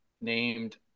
named